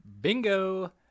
Bingo